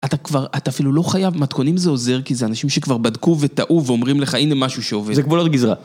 אתה כבר, אתה אפילו לא חייב, מתכונים זה עוזר כי זה אנשים שכבר בדקו וטעו ואומרים לך הנה משהו שעובד. זה גבולות גזרה.